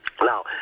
Now